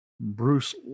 Bruce